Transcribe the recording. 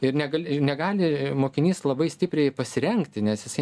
ir negali negali mokinys labai stipriai pasirengti nes jisai